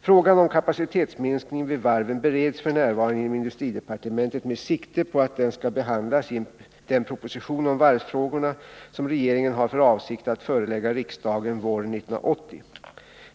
Frågan om kapacitetsminskningen vid varven bereds f. n. inom industridepartementet med sikte på att den skall behandlas i den proposition om varvsfrågorna som regeringen har för avsikt att förelägga riksdagen våren 1980.